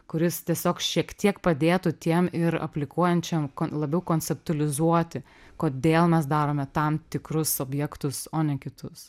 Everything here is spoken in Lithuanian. kuris tiesiog šiek tiek padėtų tiem ir aplikuojančiam labiau konceptualizuoti kodėl mes darome tam tikrus objektus o ne kitus